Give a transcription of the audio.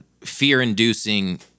fear-inducing